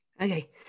Okay